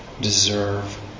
deserve